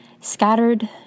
scattered